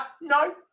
No